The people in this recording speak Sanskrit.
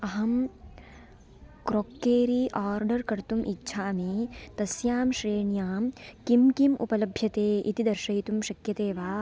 अहं क्रोक्केरी आर्डर् कर्तुम् इच्छामि तस्यां श्रेण्यां किं किम् उपलभ्यते इति दर्शयितुं शक्यते वा